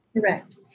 Correct